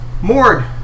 Mord